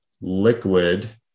liquid